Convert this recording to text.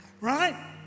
right